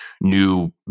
new